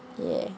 ya